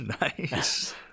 Nice